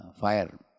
fire